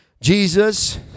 Jesus